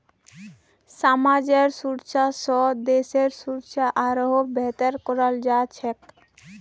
समाजेर सुरक्षा स देशेर सुरक्षा आरोह बेहतर कराल जा छेक